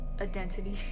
identity